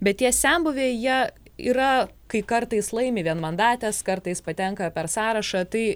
bet tie senbuviai jie yra kai kartais laimi vienmandates kartais patenka per sąrašą tai